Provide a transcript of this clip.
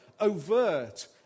overt